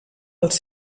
els